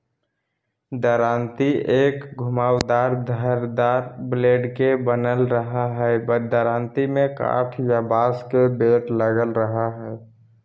दरांती एक घुमावदार धारदार ब्लेड के बनल रहई हई दरांती में काठ या बांस के बेट लगल रह हई